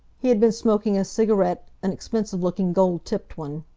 he had been smoking a cigarette an expensive-looking, gold-tipped one.